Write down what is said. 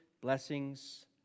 blessings